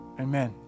Amen